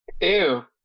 Ew